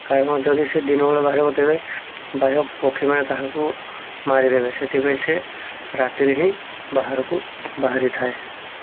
କାରଣ ଯଦି ସେ ଦିନବେଳେ ବାହାରକୁ ଦେବେ ବାହ୍ୟ ପକ୍ଷୀମାନେ ତାହାକୁ ମାରିଦେବେ ସେଥିପାଇଁ ସେ ରାତିରେ ହିଁ ବାହାରକୁ ବାହାରିଥାଏ